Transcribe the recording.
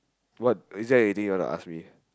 what is there anything you want to ask me